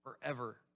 forever